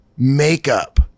makeup